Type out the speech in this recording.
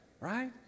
Right